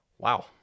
Wow